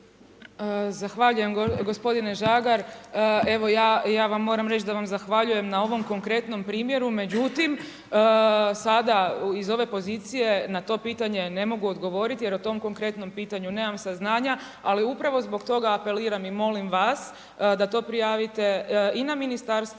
Zahvaljujem gospodine Žagar. Evo, ja vam moram reći da vam zahvaljujem na ovom konkretnom primjeru, međutim, sada iz ove pozicije na to pitanje ne mogu odgovoriti jer o tom konkretnom pitanju nemam saznanja, ali upravo zbog toga apeliram i molim vas da to prijavite i na Ministarstvo